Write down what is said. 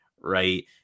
right